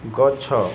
ଗଛ